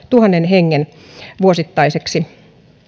tuhannen hengen vuosittaiseksi